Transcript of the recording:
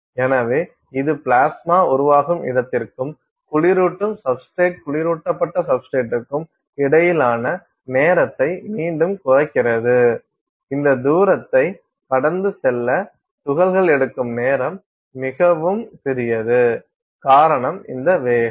எனவே இது பிளாஸ்மா உருவாகும் இடத்திற்கும் குளிரூட்டும் சப்ஸ்டிரேட் குளிரூட்டப்பட்ட சப்ஸ்டிரேட்க்கும் இடையிலான நேரத்தை மீண்டும் குறைக்கிறது இந்த தூரத்தை கடந்து செல்ல துகள்கள் எடுக்கும் நேரம் மிகவும் சிறியது காரணம் இந்த அதிக வேகம்